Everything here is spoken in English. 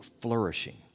flourishing